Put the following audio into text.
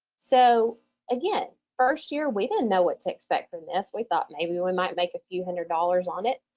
so again, first year we didn't know what to expect from this. we thought maybe we we might make a few hundred dollars on it.